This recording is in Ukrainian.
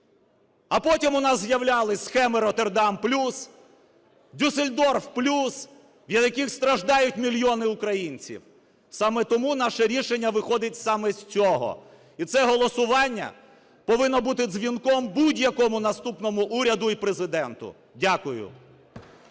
а потім у нас з'являлися схеми "Роттердам плюс", "Дюссельдорф плюс", від яких страждають мільйони українців. Саме тому наше рішення виходить саме з цього. І це голосування повинно бути дзвінком будь-якому наступному уряду, і Президенту. Дякую.